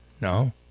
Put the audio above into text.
no